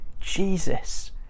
Jesus